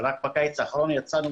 ורק בקיץ האחרון יצאנו